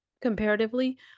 comparatively